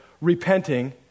repenting